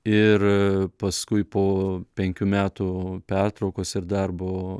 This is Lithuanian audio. ir paskui po penkių metų pertraukos ir darbo